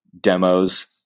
demos